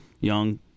young